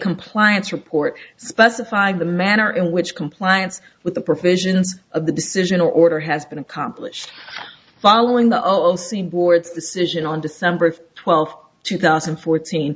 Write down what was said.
compliance report specifying the manner in which compliance with the provisions of the decision order has been accomplished following the olson board's decision on december twelfth two thousand and fourteen